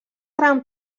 gran